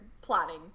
plotting